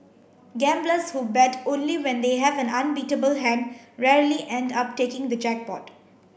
gamblers who bet only when they have an unbeatable hand rarely end up taking the jackpot